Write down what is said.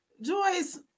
Joyce